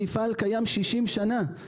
המפעל קיים 60 שנים,